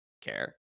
care